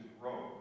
grow